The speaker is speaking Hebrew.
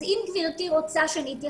אז אם גברתי רוצה שנתייחס,